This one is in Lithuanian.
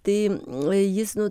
tai jis nu